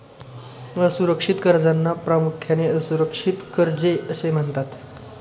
असुरक्षित कर्जांना प्रामुख्याने असुरक्षित कर्जे असे म्हणतात